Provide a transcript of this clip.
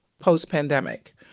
post-pandemic